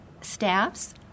staffs